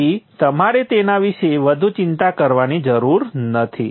તેથી તમારે તેના વિશે વધુ ચિંતા કરવાની જરૂર નથી